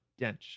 Dench